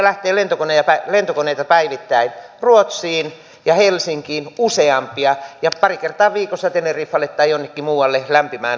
vaasasta lähtee lentokoneita päivittäin ruotsiin ja helsinkiin useampia ja pari kertaa viikossa teneriffalle tai jonnekin muualle lämpimään aurinkoon